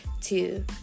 two